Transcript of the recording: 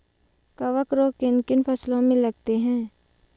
कवक रोग किन किन फसलों में लगते हैं?